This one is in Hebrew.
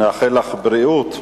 נאחל לך בריאות.